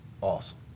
awesome